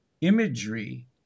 imagery